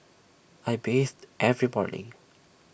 I bathe every morning